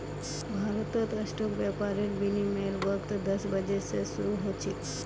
भारतत स्टॉक व्यापारेर विनियमेर वक़्त दस बजे स शरू ह छेक